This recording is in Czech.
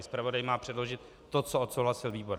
Zpravodaj má předložit to, co odsouhlasil výbor.